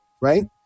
right